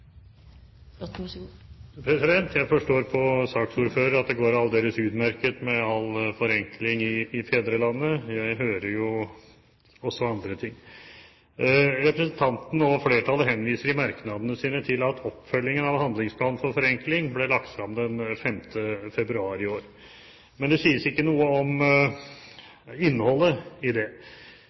replikkordskifte. Jeg forstår på saksordføreren at det går aldeles utmerket med all forenkling i fedrelandet. Jeg hører jo også andre ting. Representanten og flertallet henviser i merknadene sine til at oppfølgingen av handlingsplanen for forenkling ble lagt frem den 5. februar i år, men det sies ikke noe om innholdet i den. Men det